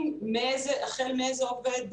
שזה חצי חודש עבודה,